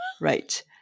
Right